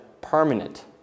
permanent